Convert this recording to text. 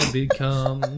become